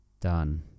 Done